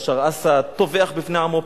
בשאר אסד טובח בבני עמו.